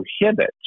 prohibit